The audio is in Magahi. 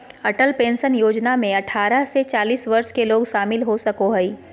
अटल पेंशन योजना में अठारह से चालीस वर्ष के लोग शामिल हो सको हइ